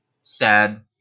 sad